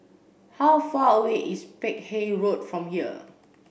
how far away is Peck Hay Road from here